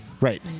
Right